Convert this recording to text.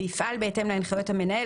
ויפעל בהתאם להנחיות המנהל.